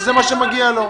שזה מה שמגיע לו.